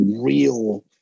real